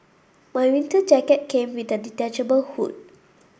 my winter jacket came with a detachable hood